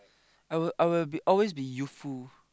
I will I will always be youthful